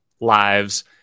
lives